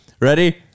Ready